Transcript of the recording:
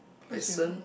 cause you